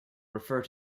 refer